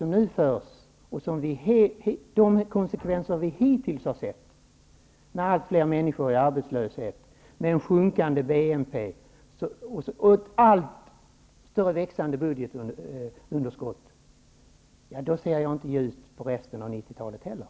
Med hänsyn till de konsekvenser som vi hittills har noterat beträffande den ekonomiska politik som förs -- allt fler arbetslösa, en sjunkande BNP och ett växande budgetunderskott -- kan jag inte se ljust på återstoden av 90-talet heller.